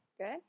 Good